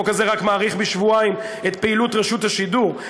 החוק הזה רק מאריך בשבועיים את פעילות רשות השידור,